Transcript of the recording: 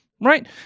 right